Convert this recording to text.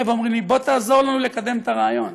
ואומרים לי: בוא תעזור לנו לקדם את הרעיון.